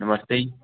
ਨਸਮਤੇ ਜੀ